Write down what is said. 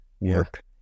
work